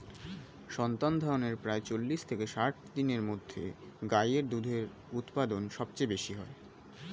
সন্তানধারণের প্রায় চল্লিশ থেকে ষাট দিনের মধ্যে গাই এর দুধের উৎপাদন সবচেয়ে বেশী হয়